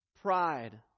pride